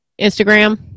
Instagram